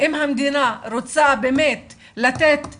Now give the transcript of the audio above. אם המדינה רוצה באמת לתת תשובות,